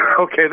Okay